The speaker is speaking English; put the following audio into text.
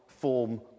form